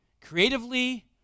creatively